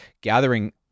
gathering